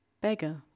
Beggar